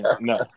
No